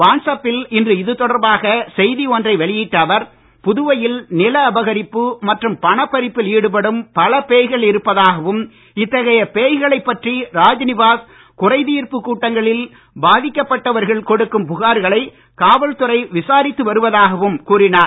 watts அப்பில் இன்று இது தொடர்பாக செய்தி ஒன்றை வெளியிட்ட அவர் புதுவையில் நில அபகரிப்பு மற்றும் பணப் பறிப்பில் ஈடுபடும் பல பேய்கள் இருப்பதாகவும் இத்தகைய பேய்களைப் பற்றி ராஜ்நிவாஸ் குறை தீர்ப்புக் கூட்டங்களில் பாதிக்கப்பட்டவர்கள் கொடுக்கும் புகார்களை காவல்துறை விசாரித்து வருவதாகவும் கூறினார்